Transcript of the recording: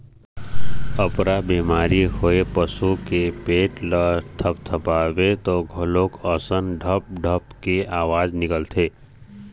अफरा बेमारी होए पसू के पेट ल थपथपाबे त ढोलक असन ढप ढप के अवाज निकलथे